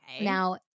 Now